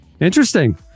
Interesting